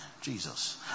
Jesus